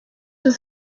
was